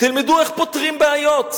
תלמדו איך פותרים בעיות,